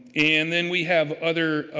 and then we have other